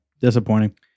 disappointing